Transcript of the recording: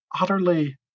utterly